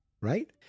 right